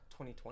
2020